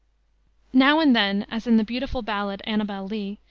now and then, as in the beautiful ballad, annabel lee,